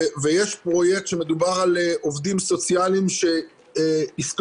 יש פרויקט שמדבר על עובדים סוציאליים שיסתובבו